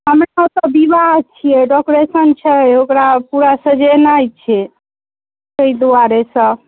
हमरा ओतऽ बिआह छिए डेकोरेशन छै ओकरा पूरा सजेनाइ छै ओहि दुआरेसँ